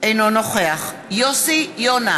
אינו נוכח יוסי יונה,